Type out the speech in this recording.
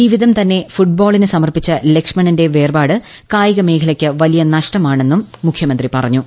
ജീവിതം തന്നെ ഫുട്ബോളിന് സമർപ്പിച്ച ലക്ഷ്മണന്റെ വേർപാട് കായിക മേഖലയ്ക്ക് വലിയ നഷ്ടമാണ് എന്നും മുഖ്യമന്ത്രി പറഞ്ഞു